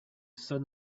sun